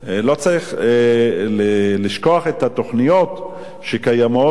לא צריך לשכוח את התוכניות שקיימות.